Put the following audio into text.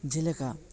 ᱡᱮᱞᱮᱠᱟ